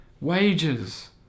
wages